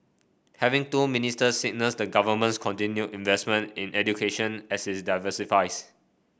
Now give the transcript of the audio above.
having two ministers signals the government's continued investment in education as it diversifies